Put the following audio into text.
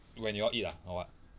when you all eat ah or what